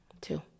Two